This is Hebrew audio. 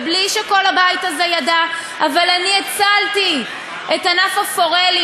ובלי שכל הבית הזה ידע אני הצלתי את ענף הפורלים,